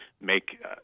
make